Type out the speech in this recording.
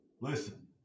listen